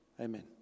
amen